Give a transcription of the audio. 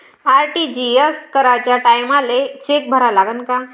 RTGS कराच्या टायमाले cheque भरा लागन का?